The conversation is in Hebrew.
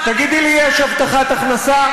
יש השלמת הכנסה, תגידי לי: יש הבטחת הכנסה.